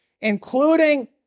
including